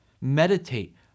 Meditate